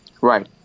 right